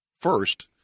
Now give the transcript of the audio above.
first